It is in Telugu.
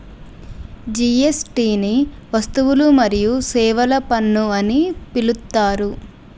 జీ.ఎస్.టి ని వస్తువులు మరియు సేవల పన్ను అని పిలుత్తారు